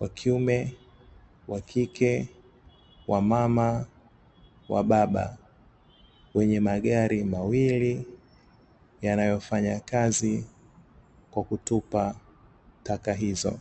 wa kiume, wa kike, wamama, wababa, wenye magari mawili yanayofanya kazi kwa kutupa taka hizo.